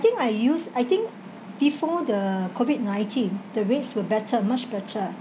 think I used I think before the COVID nineteen the rates were better much better